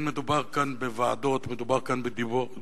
אין מדובר כאן בוועדות, מדובר כאן בדירות.